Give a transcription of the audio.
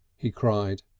he cried,